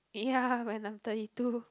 ya when I'm thirty two